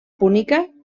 púnica